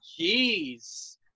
Jeez